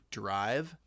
drive